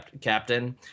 Captain